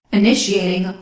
initiating